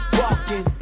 walking